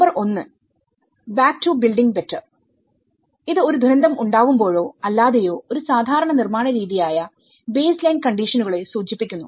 number 1 back to building ബെറ്റർഇത് ഒരു ദുരന്തം ഉണ്ടാവുമ്പോഴോ അല്ലാതെയോ ഒരു സാധാരണ നിർമ്മാണ രീതിയായ ബേസ് ലൈൻ കണ്ടീഷനുകളെ സൂചിപ്പിക്കുന്നു